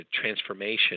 transformation